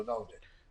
תודה, עודד.